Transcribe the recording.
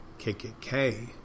KKK